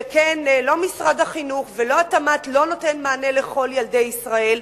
שכן לא משרד החינוך ולא התמ"ת לא נותן מענה לכל ילדי ישראל,